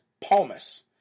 Palmas